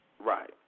Right